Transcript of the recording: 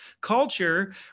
culture